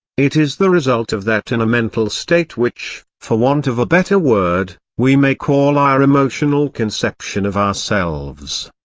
it is the result of that inner and mental state which, for want of a better word, we may call our emotional conception of ourselves.